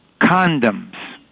condoms